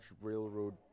railroad